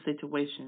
situation